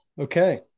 Okay